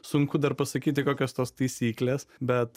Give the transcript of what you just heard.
sunku dar pasakyti kokios tos taisyklės bet